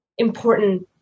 important